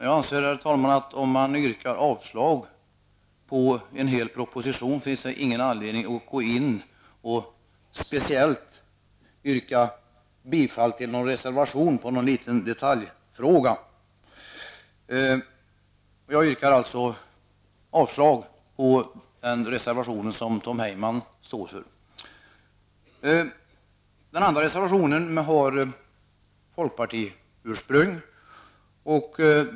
Jag anser, herr talman, att om man yrkar avslag på en hel proposition, finns det ingen anledning att gå in och speciellt yrka bifall till en reservation om en liten detaljfråga. Jag yrkar alltså avslag på reservation 1 som bl.a. Tom Heyman står bakom. Den andra reservationen har folkpartiursprung.